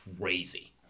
crazy